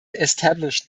established